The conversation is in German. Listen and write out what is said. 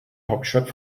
hauptstadt